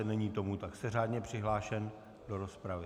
Není tomu tak, jste řádně přihlášen do rozpravy.